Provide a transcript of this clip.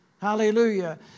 Hallelujah